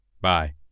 Bye